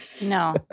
No